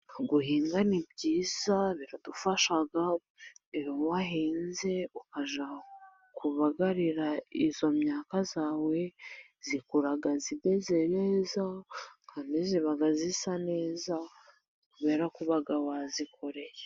Guhinga ni byiza, biradufasha. Iyo wahinze, ukajya kubagarira, iyo myaka yawe ikura imeze neza, kandi iba isa neza kubera kuba wayikoreye.